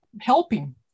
helping